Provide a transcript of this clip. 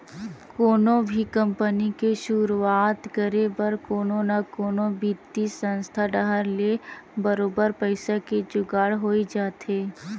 कोनो भी कंपनी के सुरुवात करे बर कोनो न कोनो बित्तीय संस्था डाहर ले बरोबर पइसा के जुगाड़ होई जाथे